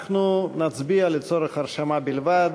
אנחנו נצביע לצורך הרשמה בלבד.